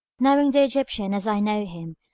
knowing the egyptian as i know him,